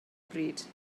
bryd